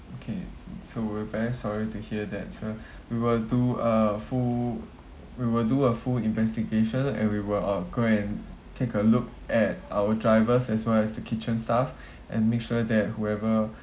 okay so we're very sorry to hear that sir we will do a full we will do a full investigation and we will uh go and take a look at our drivers as well as the kitchen staff and make sure that whoever